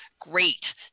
Great